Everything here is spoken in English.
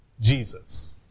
Jesus